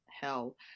hell